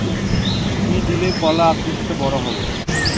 কি দিলে কলা আকৃতিতে বড় হবে?